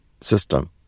system